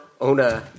Ona